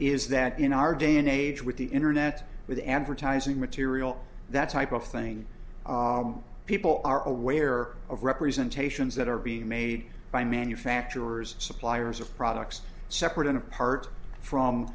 is that you know our day and age with the internet with advertising material that type of thing people are aware of representations that are being made by manufacturers suppliers of products separate and apart from